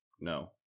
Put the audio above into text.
No